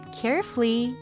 carefully